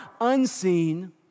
unseen